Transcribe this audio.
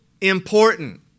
important